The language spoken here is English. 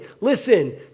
Listen